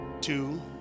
two